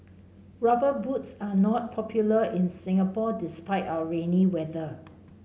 rubber boots are not popular in Singapore despite our rainy weather